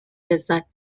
لذت